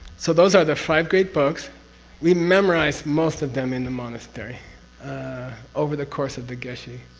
so those are the five great books we memorize most of them in the monastery over the course of the geshe,